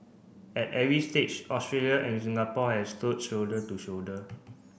at every stage Australia and Singapore have stood shoulder to shoulder